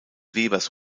webers